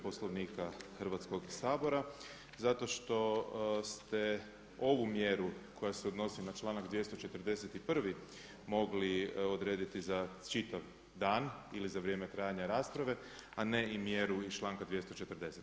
Poslovnika Hrvatskog sabora zato što ste ovu mjeru koja se odnosi na članak 241. mogli odrediti za čitav dan ili za vrijeme trajanja rasprave, a ne i mjeru iz članka 240.